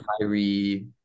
Kyrie